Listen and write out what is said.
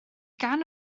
gan